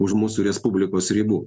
už mūsų respublikos ribų